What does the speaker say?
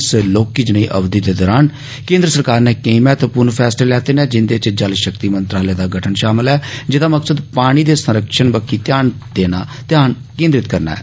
इस लौहकी ज्नई अवधि द दौरान कम्द्र सरकार नै कई महत्वपूर्ण फैसल लैत न जिंद च जल शक्ति मंत्रालय दा गठन शामल ऐ जप्टदा मकसद पानी द संरक्षण बक्खी ध्यान कन्द्रित करना ऐ